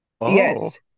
Yes